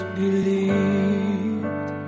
believed